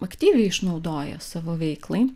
aktyviai išnaudoja savo veiklai